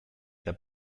der